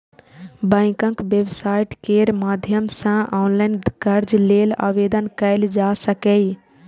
बैंकक वेबसाइट केर माध्यम सं ऑनलाइन कर्ज लेल आवेदन कैल जा सकैए